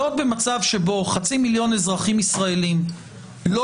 להיות במצב שבו חצי מיליון אזרחים ישראלים לא